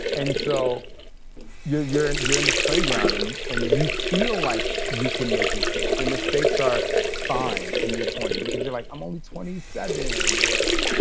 and so you're and you're in this playground, and and you feel like you can make mistakes and mistakes are fine in your twenty s, because you're like, i'm only twenty seven or whatever.